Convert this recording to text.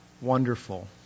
wonderful